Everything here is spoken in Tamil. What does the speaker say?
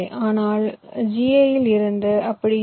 ஆனால் GA இல் அது அப்படி இல்லை